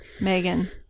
Megan